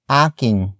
aking